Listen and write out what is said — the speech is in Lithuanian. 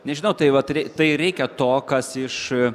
nežinau tai vat rei tai reikia to kas iš a